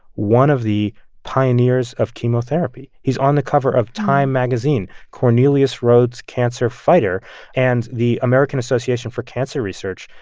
one of the pioneers of chemotherapy. he's on the cover of time magazine cornelius rhoads, cancer fighter and the american association for cancer research,